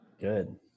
Good